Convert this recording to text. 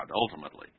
ultimately